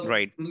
Right